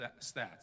stats